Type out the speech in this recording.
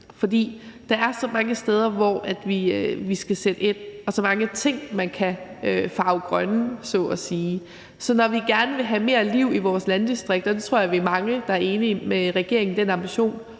For der er så mange steder, hvor vi skal sætte ind, og så mange ting, man kan farve grønne, så at sige. Så når vi gerne vil have mere liv i vores landdistrikter, og jeg tror, vi er mange, der er enige med regeringen i forhold